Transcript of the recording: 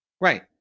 Right